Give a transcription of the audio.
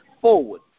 forward